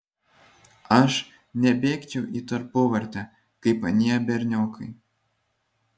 aš nebėgčiau į tarpuvartę kaip anie berniokai